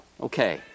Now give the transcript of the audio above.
Okay